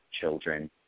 children